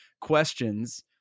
questions